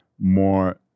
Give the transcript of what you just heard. more